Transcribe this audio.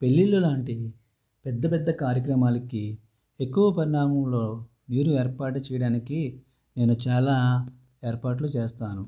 పెళ్ళిళ్ళు లాంటి పెద్దపెద్ద కార్యక్రమాలకి ఎక్కువ పరిణామం లో నీరు ఏర్పాటు చేయడానికి నేను చాలా ఏర్పాట్లు చేస్తాను